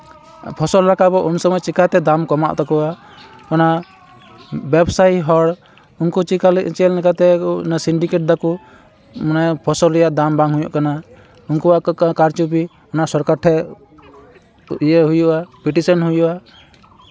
ᱯᱷᱚᱥᱚᱞ ᱨᱟᱠᱟᱵᱚᱜ ᱩᱱ ᱥᱚᱢᱚᱭ ᱪᱤᱠᱟᱹᱛᱮ ᱫᱟᱢ ᱠᱚᱢᱟᱜ ᱛᱟᱠᱚᱣᱟ ᱚᱱᱟ ᱵᱮᱵᱽᱥᱟᱭᱤ ᱦᱚᱲ ᱩᱱᱠᱩ ᱪᱮᱠᱟ ᱪᱮᱫ ᱞᱮᱠᱟᱛᱮ ᱚᱱᱟ ᱥᱤᱱᱰᱤᱠᱮᱴ ᱮᱫᱟᱠᱚ ᱢᱟᱱᱮ ᱯᱷᱚᱥᱚᱞ ᱨᱮᱭᱟᱜ ᱫᱟᱢ ᱵᱟᱝ ᱦᱩᱭᱩᱜ ᱠᱟᱱᱟ ᱩᱱᱠᱩᱣᱟᱜ ᱠᱟᱨᱪᱩᱯᱤ ᱚᱱᱟ ᱥᱚᱨᱠᱟᱨ ᱴᱷᱮᱱ ᱤᱭᱟᱹ ᱦᱩᱭᱩᱜᱼᱟ ᱯᱮᱴᱤᱥᱮᱱ ᱦᱩᱭᱩᱜᱼᱟ